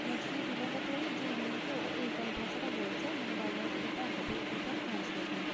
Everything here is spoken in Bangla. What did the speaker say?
ম্যাচ তুলনা করতে পারি যে হিন্দিতে ও এই ভাষাটা বলছে মানে বাংলাতে এটা হবে এটার ট্রান্সলেশান